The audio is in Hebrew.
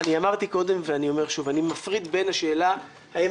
אני אמרתי קודם ואני אומר שוב: אני מפריד בין השאלה האם